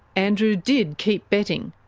andrew did keep betting.